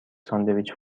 ساندویچ